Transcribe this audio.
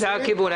זה הכיוון.